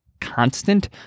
constant